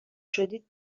شدید